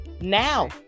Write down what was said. now